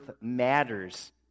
matters